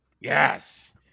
yes